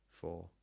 four